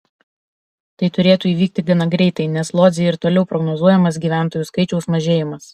tai turėtų įvykti gana greitai nes lodzei ir toliau prognozuojamas gyventojų skaičiaus mažėjimas